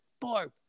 Barb